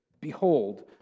behold